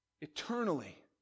eternally